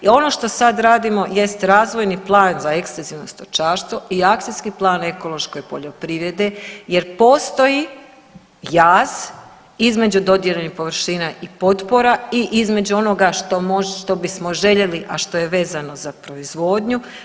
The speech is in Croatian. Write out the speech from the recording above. I ono što sada radimo jest razvojni plan za ekstenzivno stočarstvo i akcijski plan ekološke poljoprivrede jer postoji jaz između dodijeljenih površina i potpora i između onoga što bismo željeli a što je vezano za proizvodnju.